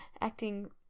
acting